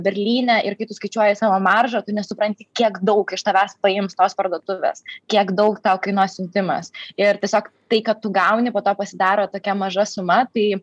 berlyne ir kai tu skaičiuoji savo maržą tu nesupranti kiek daug iš tavęs paims tos parduotuvės kiek daug tau kainuos siuntimas ir tiesiog tai ką tu gauni po to pasidaro tokia maža suma tai